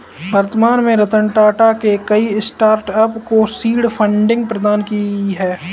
वर्तमान में रतन टाटा ने कई स्टार्टअप को सीड फंडिंग प्रदान की है